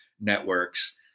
networks